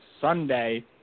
Sunday